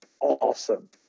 awesome